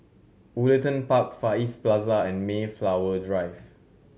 Woollerton Park Far East Plaza and Mayflower Drive